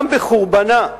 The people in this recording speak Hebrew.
גם בחורבנה,